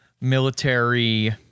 military